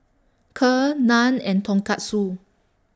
Kheer Naan and Tonkatsu